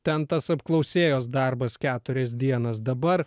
ten tas apklausėjos darbas keturias dienas dabar